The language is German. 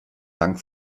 dank